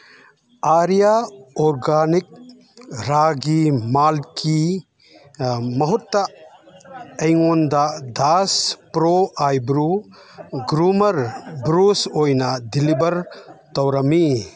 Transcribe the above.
Arya organic ꯔꯥꯒꯤ ꯃꯥꯜꯀꯤ ꯃꯍꯨꯠꯇ ꯑꯩꯉꯣꯟꯗ ꯗꯥꯁ ꯄ꯭ꯔꯣ ꯑꯥꯏꯕ꯭ꯔꯣ ꯒ꯭ꯔꯨꯃꯔ ꯒ꯭ꯔꯨꯁ ꯑꯣꯏꯅ ꯗꯤꯂꯤꯕꯔ ꯇꯧꯔꯝꯃꯤ